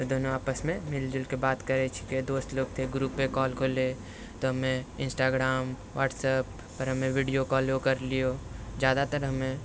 फिर दोनो आपसमे मिलजुलके बात करै छीके दोस्त लोक ग्रूपे कॉल होलै तऽ हमे इंस्टाग्राम वट्सएपपर हमे वीडिओ कॉलो करलियो जादातर हमे